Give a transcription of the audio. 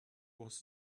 was